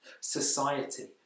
Society